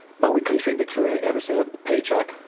but we contribute to it every single paycheck.